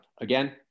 again